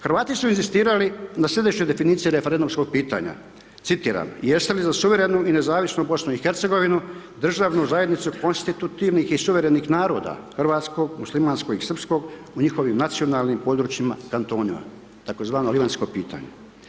Hrvati su inzistirali na sljedećoj definiciji referendumskog pitanja, citiram: „Jeste li za suverenu i nezavisnu BiH-a, državnu zajednicu konstitutivnih i suverenih naroda hrvatskog, muslimanskog i srpskog u njihovim nacionalnim područjima kantonima, tzv. Livanjsko pitanje?